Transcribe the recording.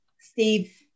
Steve